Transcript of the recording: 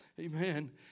Amen